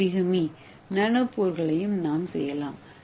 ஏ origami நானோபோர்களையும் நாம் செய்யலாம்